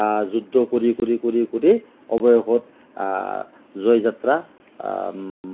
যুদ্ধ কৰি কৰি কৰি কৰি অৱশেষত জয় যাত্ৰা